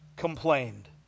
complained